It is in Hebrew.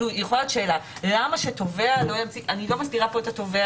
אני לא מסדירה כאן את התובע,